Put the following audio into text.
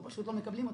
פשוט לא מקבלים אותם.